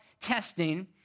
testing